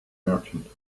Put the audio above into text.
merchant